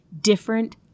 different